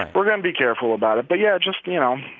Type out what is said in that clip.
and we're going to be careful about it. but yeah, just, you know,